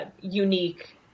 unique